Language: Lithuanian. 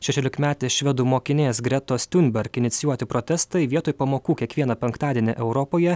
šešiolikmetės švedų mokinės gretos tiunberg inicijuoti protestai vietoj pamokų kiekvieną penktadienį europoje